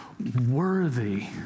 worthy